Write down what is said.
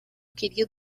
queria